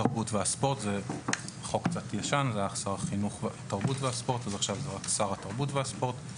במקום "החינוך והתרבות" יבוא "התרבות והספורט";